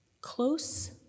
Close